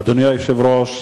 אדוני היושב-ראש,